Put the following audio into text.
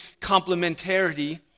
complementarity